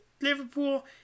Liverpool